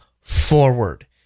forward